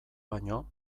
baino